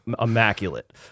immaculate